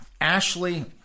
Ashley